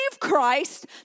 Christ